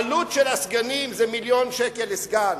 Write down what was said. העלות של הסגנים היא מיליון שקל לסגן,